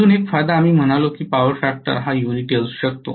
अजून एक फायदा आम्ही म्हणालो की पॉवर फॅक्टर हा युनिटी असू शकते